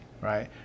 right